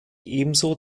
ebenso